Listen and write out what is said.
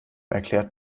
erklärt